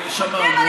אבל לא ראה מה קורה.